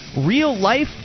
real-life